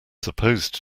supposed